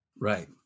Right